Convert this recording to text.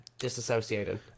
Disassociated